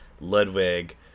Ludwig